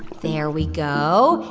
there we go.